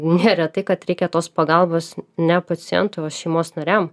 neretai kad reikia tos pagalbos ne pacientui o šeimos nariam